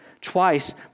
Twice